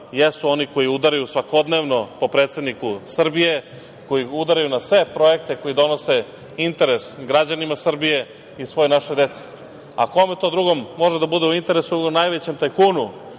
jesu oni koji udaraju svakodnevno po predsedniku Srbije, koji udaraju na sve projekte koji donose interes građanima Srbije i svoj našoj deci. A kome to drugom može da bude u interesu, nego najvećem tajkunu